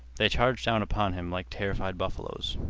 they charged down upon him like terrified buffaloes.